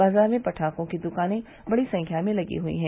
बाज़ार में पटाखों की दुकाने बड़ी संख्या में लगी हुयी है